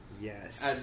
Yes